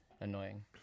annoying